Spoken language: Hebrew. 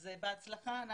בהצלחה.